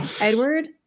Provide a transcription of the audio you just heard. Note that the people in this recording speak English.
Edward